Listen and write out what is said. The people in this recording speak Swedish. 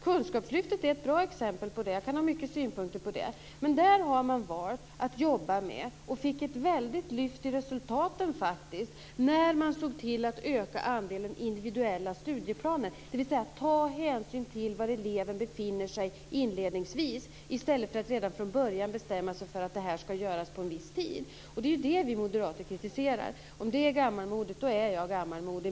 Kunskapslyftet är ett bra exempel på det. Jag kan ha många synpunkter på det, men där har man valt att jobba med individuella studieplaner, och fick faktiskt ett väldigt lyft i resultaten när man såg till att öka den andelen. Man tar alltså hänsyn till var eleven befinner sig inledningsvis i stället för att redan från början bestämma sig för att det här ska göras på en viss tid. Det är det vi moderater kritiserar. Om det är gammalmodigt är jag gammalmodig.